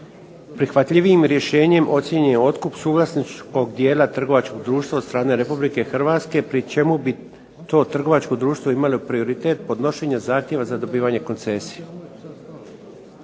prihvatljivijim rješenjem ocijenjen je otkup suvlasničkog dijela trgovačkog društva od strane RH pri čemu bi to trgovačko društvo imalo prioritet podnošenja zahtjeva za dobivanje koncesije.